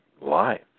life